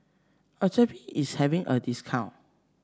is having a discount